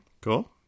Cool